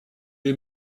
est